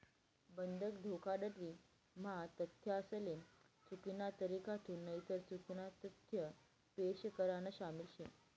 बंधक धोखाधडी म्हा तथ्यासले चुकीना तरीकाथून नईतर चुकीना तथ्य पेश करान शामिल शे